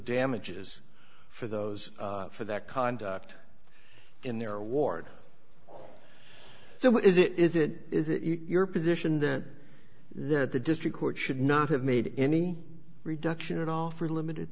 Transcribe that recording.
damages for those for that conduct in their award so is it is it is it your position then that the district court should not have made any reduction at all for limited